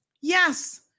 Yes